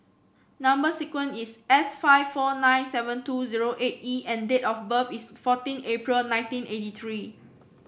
number sequence is S five four nine seven two zero eight E and date of birth is fourteen April nineteen eighty three